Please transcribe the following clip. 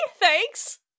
Thanks